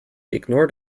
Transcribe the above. ignored